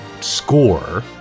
score